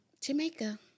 Jamaica